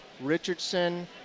Richardson